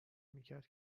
میکرد